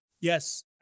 Yes